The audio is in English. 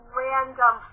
random